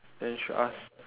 then you should ask